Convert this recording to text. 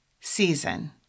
season